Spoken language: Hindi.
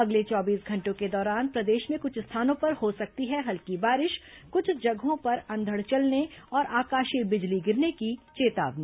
अगले चौबीस घंटों के दौरान प्रदेश में कुछ स्थानों पर हो सकती है हल्की बारिश कुछ जगहों पर अंधड़ चलने और आकाशीय बिजली गिरने की चेतावनी